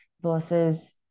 versus